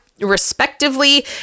respectively